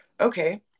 Okay